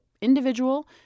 individual